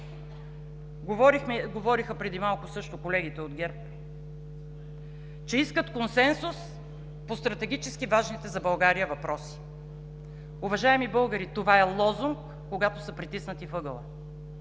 Преди малко колегите от ГЕРБ също говориха, че искат консенсус по стратегически важните за България въпроси. Уважаеми българи, това е лозунг, когато са притиснати в ъгъла.